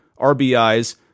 RBIs